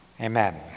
amen